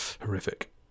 horrific